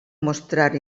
mostrar